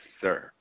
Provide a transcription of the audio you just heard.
sir